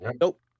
nope